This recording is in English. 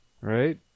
Right